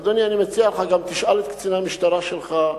אדוני, אני מציע גם לך, תשאל את קציני המשטרה שלך,